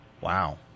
Wow